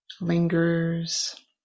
lingers